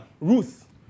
Ruth